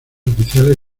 oficiales